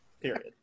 period